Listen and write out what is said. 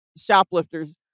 shoplifters